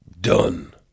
Done